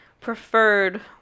preferred